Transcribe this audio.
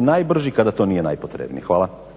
najbrži kada to nije najpotrebnije. Hvala.